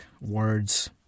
words